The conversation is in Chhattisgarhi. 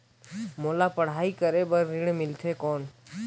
मोला पढ़ाई करे बर ऋण मिलथे कौन?